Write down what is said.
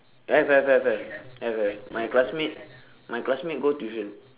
have have have have have have my classmate my classmate go tuition